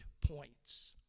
points